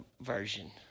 version